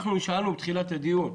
אנחנו נשאלנו בתחילת הדיון.